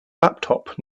laptop